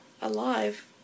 Alive